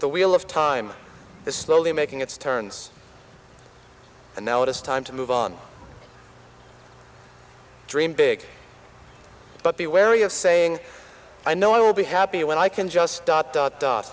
the wheel of time is slowly making its turns and now it is time to move on dream big but be wary of saying i know i will be happy when i can just dot dot dot